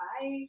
Bye